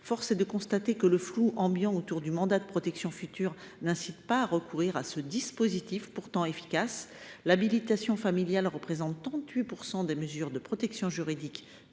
Force est de constater que le flou ambiant autour du mandat de protection future n’incite pas à recourir à ce dispositif pourtant efficace. L’habilitation familiale représente 38 % des mesures de protection juridique